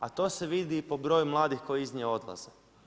A to se vidi i po broju mladih koji iz nje odlaze.